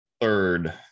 third